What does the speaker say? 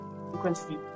frequency